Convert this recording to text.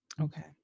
Okay